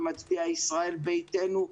ומצביע ישראל ביתנו,